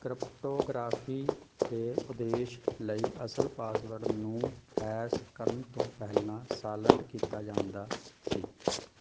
crypto ਗ੍ਰਾਫੀ ਦੇ ਉਦੇਸ਼ ਲਈ ਅਸਲ ਪਾਸਵਰਡ ਨੂੰ ਹੈਸ ਕਰਨ ਤੋਂ ਪਹਿਲਾਂ ਸਾਲਟ ਕੀਤਾ ਜਾਂਦਾ ਸੀ